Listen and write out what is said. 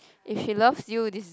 if he love you this is